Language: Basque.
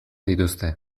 dituzte